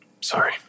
Sorry